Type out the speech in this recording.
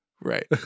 Right